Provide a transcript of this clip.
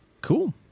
Cool